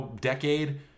decade